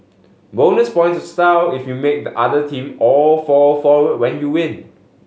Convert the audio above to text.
bonus points style if you make the other team all fall forward when you win